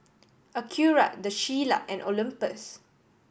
Acura The Shilla and Olympus